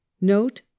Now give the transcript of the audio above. note